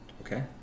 Okay